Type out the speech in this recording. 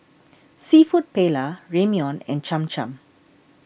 Seafood Paella Ramyeon and Cham Cham